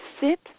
sit